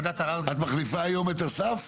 את מחליפה היום את אסף?